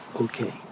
Okay